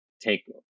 take